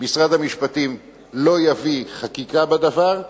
משרד המשפטים לא יביא חקיקה בדבר,